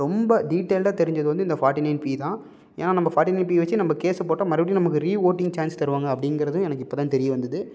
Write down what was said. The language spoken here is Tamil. ரொம்ப டீட்டெயில்டாக தெரிஞ்சது வந்து இந்த ஃபாட்டி நைன் பி தான் ஏன் நம்ம ஃபாட்டி நைன் பி வச்சி நம்ம கேஸ போட்டால் மறுபடியும் நமக்கு ரீ ஓட்டிங் சான்ஸ் தருவாங்க அப்டிங்கிறதும் எனக்கு இப்போ தான் தெரிய வந்துது